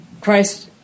Christ